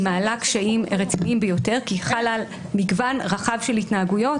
היא מעלה קשיים רציניים ביותר כי חלה על מגוון רחב של התנהגויות,